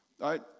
right